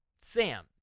Sam